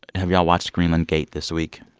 have y'all watched greenlandgate this week?